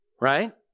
Right